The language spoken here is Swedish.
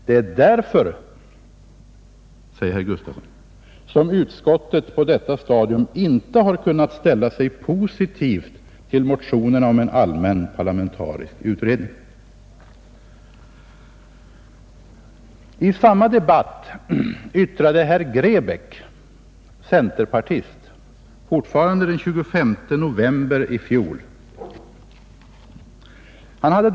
Det är därför som utskottet på detta stadium inte har kunnat ställa sig positivt till motionerna 1:483 och 1II:844 om en allmän parlamentarisk utredning.” I samma debatt — fortfarande den 25 november i fjol — deltog herr Grebäck, centerpartist.